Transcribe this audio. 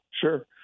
sure